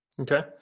Okay